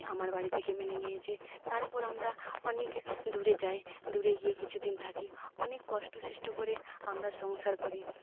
আমার বাড়ি থেকে মেনে নিয়েছে তারপর আমরা অনেক দূরে যাই দূরে গিয়ে কিছু দিন থাকি অনে কষ্টেশিষ্টে করে আমরা সংসার করি